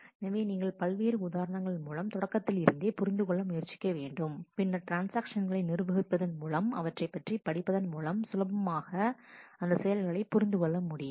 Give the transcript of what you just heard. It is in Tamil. எனவே நீங்கள் பல்வேறு உதாரணங்கள் மூலம் தொடக்கத்தில் இருந்தே புரிந்து கொள்ள முயற்சிக்க வேண்டும் பின்னர் ட்ரான்ஸ்ஆக்ஷன்களை நிர்வகிப்பதும் மூலம் அவற்றைப் பற்றி படிப்பதன் மூலம் சுலபமாக அந்த செயல்களை புரிந்து கொள்ள முடியும்